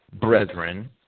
brethren